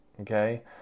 okay